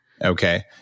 Okay